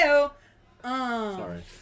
Sorry